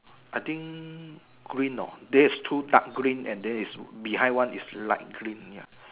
I think green nor there is two dark green and there is behind one is light green ya